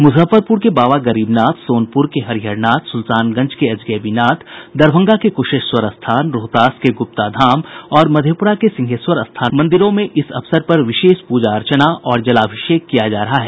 मुजफ्फरपुर के बाबा गरीबनाथ मंदिर सोनपुर के हरिहरनाथ सुल्तानगंज के अजगैबीनाथ दरभंगा के कुशेश्वर स्थान रोहतास के गुप्ताधाम और मधेपुरा के सिंहेश्वर स्थान मंदिरों में इस अवसर पर विशेष प्रजा अर्चना और जलाभिषेक किया जा रहा है